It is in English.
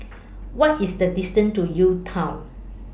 What IS The distance to UTown